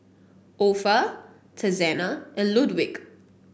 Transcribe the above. Opha Texanna and Ludwig